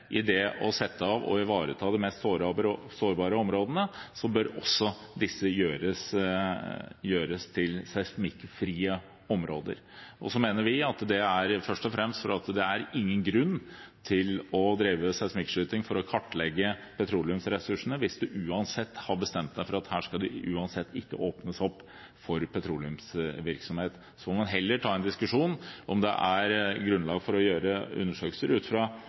i det å sette av og ivareta de mest sårbare områdene bør også disse gjøres til seismikkfrie områder, først og fremst fordi det er ingen grunn til å drive seismikkskyting for å kartlegge petroleumsressursene hvis en har bestemt seg for at her skal det uansett ikke åpnes opp for petroleumsvirksomhet. Så får man heller ta en diskusjon om det er grunnlag for å gjøre undersøkelser ut fra